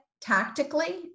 tactically